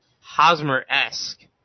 Hosmer-esque